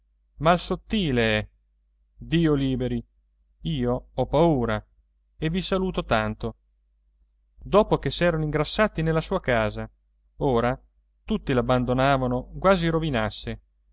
mal sottile è dio liberi io ho paura e vi saluto tanto dopo che s'erano ingrassati nella sua casa ora tutti l'abbandonavano quasi rovinasse